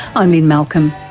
i'm lynne malcolm,